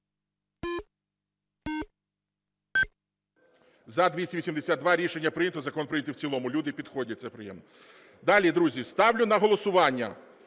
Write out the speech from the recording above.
За-282 Рішення прийнято. Закон прийнятий в цілому. Люди підходять, це приємно. Далі, друзі, ставлю на голосування